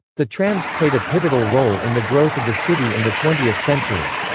the trams played a pivotal role in the growth of the city in the twentieth century.